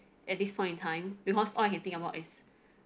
at this point in time because all I can think about is